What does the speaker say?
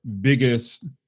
biggest